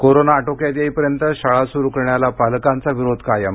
corona आटोक्यात येईपर्यंत शाळा सुरू करण्याला पालकांचा विरोध कायम